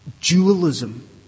dualism